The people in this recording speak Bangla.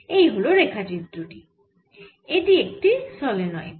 এই হল রেখাচিত্র টি এটি একটি সলেনয়েড